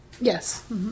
Yes